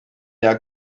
der